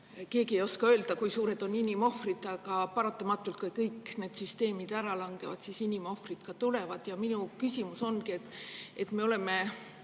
Keegi ei oska öelda, kui suured on inimohvrid, aga paratamatult, kui kõik süsteemid rivist välja langevad, siis inimohvrid tulevad. Minu küsimus ongi, et me oleme